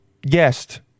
guest